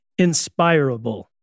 inspirable